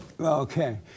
Okay